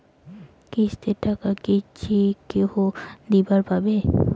কিস্তির টাকা কি যেকাহো দিবার পাবে?